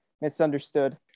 Misunderstood